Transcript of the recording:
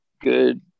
good